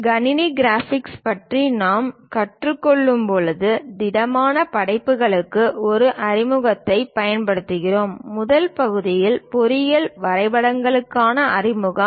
கணினி கிராபிக்ஸ் பற்றி நாம் கற்றுக் கொள்ளும்போது திடமான படைப்புகளுக்கு ஒரு அறிமுகத்தைப் பயன்படுத்துகிறோம் முதல் பகுதியில் பொறியியல் வரைபடங்களுக்கான அறிமுகம்